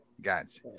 Gotcha